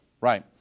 Right